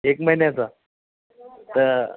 एक महिन्याचा तर